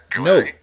no